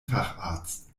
facharzt